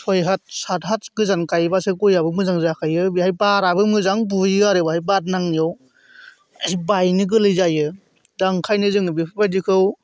सय हाथ सात हाथ गोजान गायोब्लासो गय आबो मोजां जाखायो बेहाय बाराबो मोजां बुयो आरो बाहाय बार नांनायाव बायनो गोरलै जायो दा ओंखायनो जोङो बेफोरबादिखौ